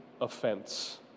offense